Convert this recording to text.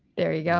there you go